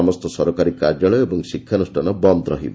ସମସ୍ତ ସରକାରୀ କାର୍ଯ୍ୟାଳୟ ଏବଂ ଶିକ୍ଷାନୁଷ୍ଠାନ ବନ୍ଦ ରହିବ